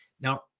Now